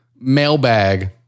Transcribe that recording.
mailbag